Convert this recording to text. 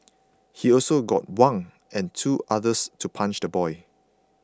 he also got Wang and two others to punch the boy